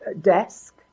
desk